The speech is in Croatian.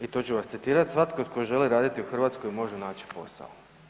I to ću vas citirati, svatko tko želi raditi u Hrvatskoj može naći posao.